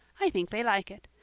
i think they like it.